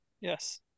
Yes